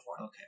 Okay